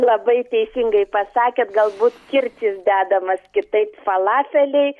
labai teisingai pasakėt gal būt kirtis dedamas kitaip falafeliai